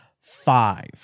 Five